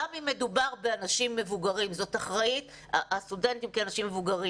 גם אם מדובר על הסטודנטים כאנשים מבוגרים.